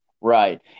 Right